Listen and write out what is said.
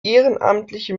ehrenamtliche